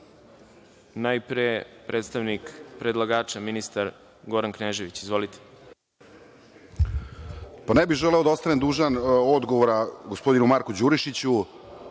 najpre predstavnik predlagača ministar Goran Knežević. Izvolite. **Goran Knežević** Ne bih želeo da ostanem dužan odgovora gospodinu Marku Đurišiću,